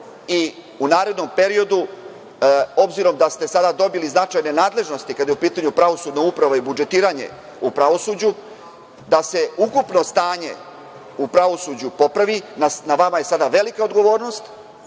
i u narednom periodu, obzirom da ste sada dobili značajne nadležnosti kada je u pitanju pravosudna uprava i budžetiranje u pravosuđu, da se ukupno stanje u pravosuđu popravi. Na vama je sada velika odgovornost